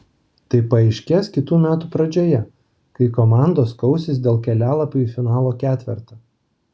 tai paaiškės kitų metų pradžioje kai komandos kausis dėl kelialapių į finalo ketvertą